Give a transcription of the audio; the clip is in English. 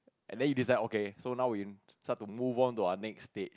and then you decide okay so now we start to move on to our next state